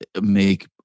make